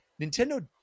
Nintendo